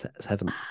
Seven